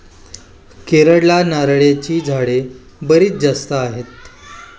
केरळला नारळाची झाडे बरीच जास्त आहेत